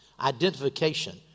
Identification